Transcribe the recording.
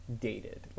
dated